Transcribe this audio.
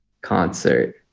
concert